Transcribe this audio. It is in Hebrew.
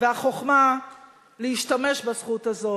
והחוכמה להשתמש בזכות הזאת,